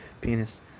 penis